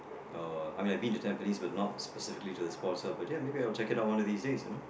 uh I mean I've been to Tampines but not specifically to the Sports Hub but ya maybe I'll check it out one of these days you know